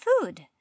food